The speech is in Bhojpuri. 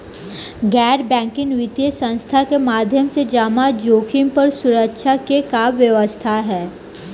गैर बैंकिंग वित्तीय संस्था के माध्यम से जमा जोखिम पर सुरक्षा के का व्यवस्था ह?